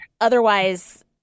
Otherwise